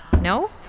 no